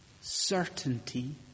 certainty